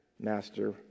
Master